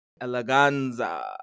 Eleganza